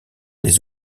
les